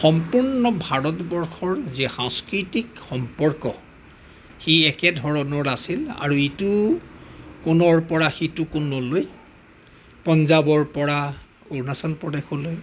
সম্পূৰ্ণ ভাৰতবৰ্ষৰ যি সাংস্কৃতিক সম্পৰ্ক সেই একে ধৰণৰ আছিল আৰু ইটো কোণৰ পৰা সিটো কোণলৈ পঞ্জাৱৰ পৰা অৰুণাচল প্ৰদেশলৈ